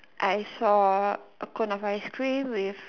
I saw a cone of ice cream with